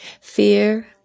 ...fear